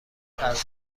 ترسناک